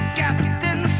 captain